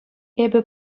эпӗ